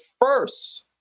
first